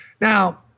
Now